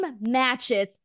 matches